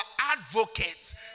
advocates